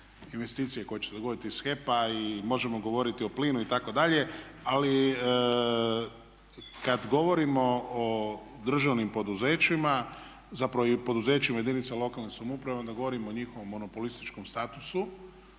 investicije koja će se dogoditi iz HEP-a i možemo govoriti o plinu itd.. Ali kada govorimo o državnim poduzećima, zapravo i poduzećima jedinica lokalne samouprave onda govorimo o njihovom monopolističkom statusu.